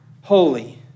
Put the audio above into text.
holy